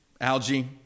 algae